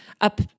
up